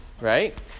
right